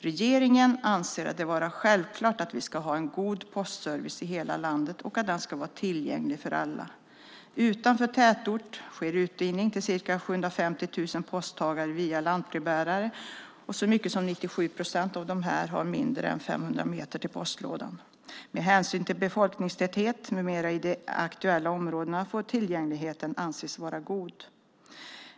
Regeringen anser det vara självklart att vi ska ha en god postservice i hela landet och att den ska vara tillgänglig för alla. Utanför tätort sker utdelning till ca 750 000 postmottagare via lantbrevbärare, och så mycket som 97 procent av dessa har mindre än 500 meter till postlådan. Med hänsyn till befolkningstäthet med mera i de aktuella områdena får tillgängligheten anses vara god.